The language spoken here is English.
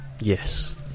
Yes